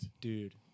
dude